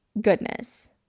goodness